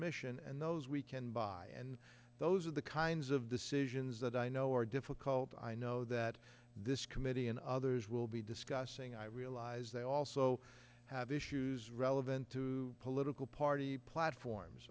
mission and those we can buy and those are the kinds of decisions that i know are difficult i know that this committee and others will be discussing i realize they also have issues relevant to political party